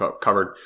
covered